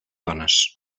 dones